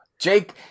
Jake